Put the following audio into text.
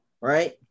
right